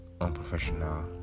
unprofessional